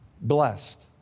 blessed